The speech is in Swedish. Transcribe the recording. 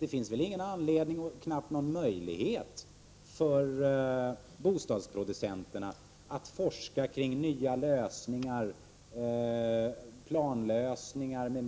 Det finns inte någon anledning och knappt någon möjlighet för bostadsproducenterna att forska kring nya lösningar, planlösningar m.m.,